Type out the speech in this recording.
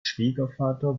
schwiegervater